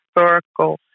historical